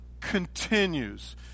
continues